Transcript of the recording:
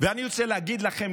אני רוצה להגיד לכם,